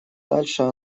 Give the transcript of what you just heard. дальше